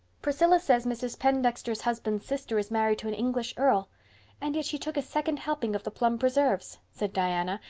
priscilla says mrs. pendexter's husband's sister is married to an english earl and yet she took a second helping of the plum preserves, said diana,